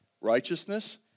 righteousness